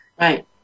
Right